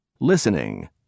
Listening